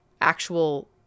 actual